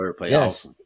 Yes